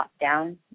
down